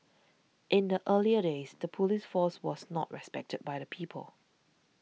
in the earlier days the police force was not respected by the people